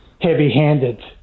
heavy-handed